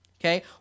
okay